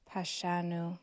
Pashanu